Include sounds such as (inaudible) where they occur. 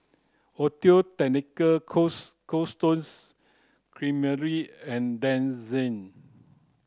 Audio Technica (unintelligible) Stones Creamery and Denizen